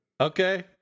Okay